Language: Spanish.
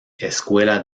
escuela